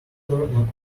turn